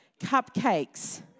cupcakes